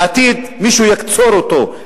בעתיד מישהו יקצור אותו.